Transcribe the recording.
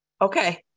Okay